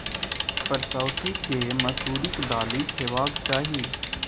परसौती केँ मसुरीक दालि खेबाक चाही